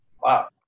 Wow